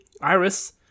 Iris